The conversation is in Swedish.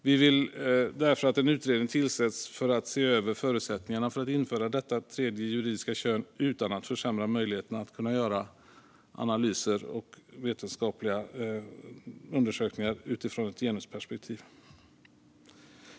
Vi vill därför att en utredning tillsätts för att se över förutsättningarna att införa ett tredje juridiskt kön utan att försämra möjligheterna att göra analyser och vetenskapliga undersökningar utifrån ett genusperspektiv.